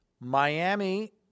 Miami